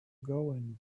going